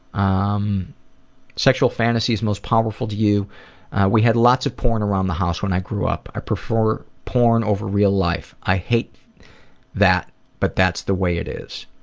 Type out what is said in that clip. um sexual fantasies most powerful to you we had lots of porn around the house when i grew up. i prefer porn over real life. i hate that but that's the way it is.